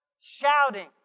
shouting